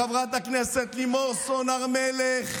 לחברת הכנסת לימור סון הר מלך,